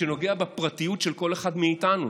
שנוגע בפרטיות של כל אחד מאיתנו.